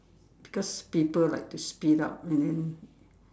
because people like to speed up and then